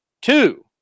two